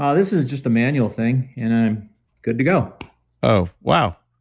ah this is just a manual thing and i'm good to go oh, wow.